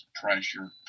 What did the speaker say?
pressure